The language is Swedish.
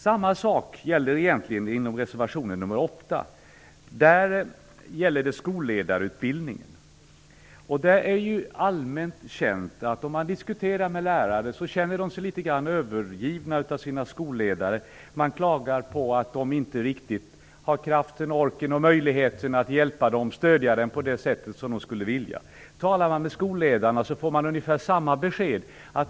Samma sak gäller egentligen reservation nr 8. Där handlar det om skolledarutbildningen. Det är allmänt känt att lärare känner sig litet övergivna av sina skolledare. Man klagar på att de inte riktigt har kraften, orken och möjligheterna att stödja lärarna på det sätt som de skulle vilja. Talar man med skolledarna får man ungefär samma besked.